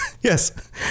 Yes